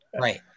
Right